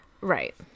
Right